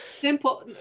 Simple